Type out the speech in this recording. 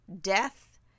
death